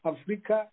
Africa